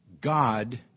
God